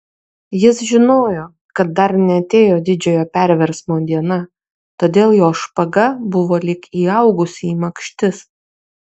jis žinojo kad dar neatėjo didžiojo perversmo diena todėl jo špaga buvo lyg įaugusi į makštis